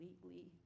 completely